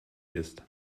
ist